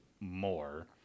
more